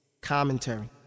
Commentary